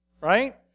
right